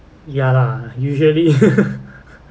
ya lah usually